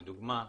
לדוגמה,